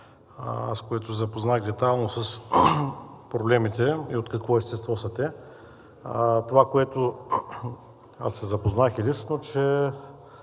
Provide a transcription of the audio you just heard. и се запознах детайлно с проблемите и от какво естество са те. Това, с което аз се запознах лично, че